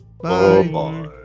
Bye